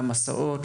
למסעות,